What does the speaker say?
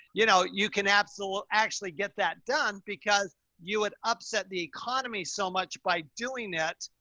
you know, you can absolutely actually get that done because you would upset the economy so much by doing it.